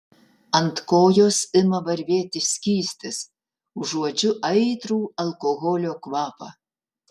ant kojos ima varvėti skystis užuodžiu aitrų alkoholio kvapą